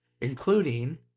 Including